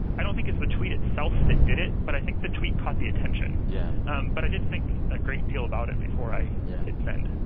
i don't think it's the tweet itself that did it, but i think the tweet caught the attention yeah um but i did think a great deal about it before i yeah hit send